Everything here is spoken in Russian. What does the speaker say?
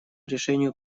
решению